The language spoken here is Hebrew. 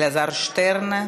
אלעזר שטרן,